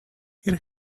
here